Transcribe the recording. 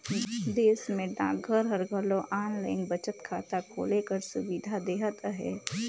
देस में डाकघर हर घलो आनलाईन बचत खाता खोले कर सुबिधा देहत अहे